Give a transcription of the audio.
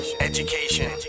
education